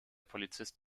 polizist